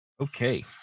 Okay